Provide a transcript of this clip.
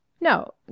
No